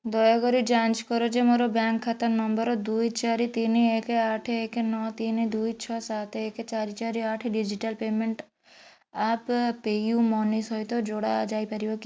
ଦୟାକରି ଯାଞ୍ଚ କର ଯେ ମୋର ବ୍ୟାଙ୍କ୍ ଖାତା ନମ୍ବର ଦୁଇ ଚାରି ତିନି ଏକେ ଆଠେ ଏକେ ନଅ ତିନି ଦୁଇ ଛଅ ସାତେ ଏକେ ଚାରି ଚାରି ଆଠେ digital payment app PayU Money ସହିତ ଯୋଡ଼ା ଯାଇପାରିବ କି